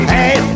Hey